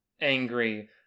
angry